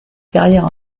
carrière